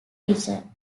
region